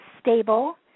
stable